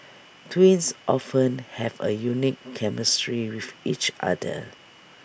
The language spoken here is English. twins often have A unique chemistry with each other